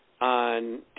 on